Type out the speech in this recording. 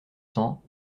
cents